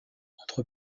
entre